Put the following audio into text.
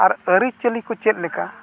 ᱟᱨ ᱟᱹᱨᱤᱪᱟᱹᱞᱤ ᱠᱚ ᱪᱮᱫ ᱞᱮᱠᱟ